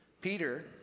Peter